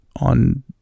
on